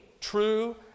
true